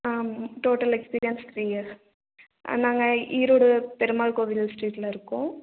ம் total experience three years நாங்கள் ஈரோடு பெருமாள் கோவில் ஸ்ட்ரீட்டில் இருக்கோம்